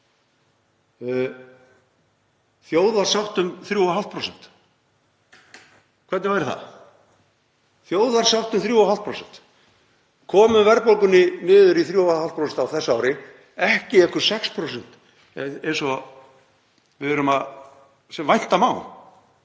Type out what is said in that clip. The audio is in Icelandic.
þjóðarsátt um 3,5%? Hvernig væri það, þjóðarsátt um 3,5%? Komum verðbólgunni niður í 3,5% á þessu ári, ekki einhver 6% eins og vænta má.